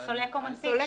על סולק או מנפיק.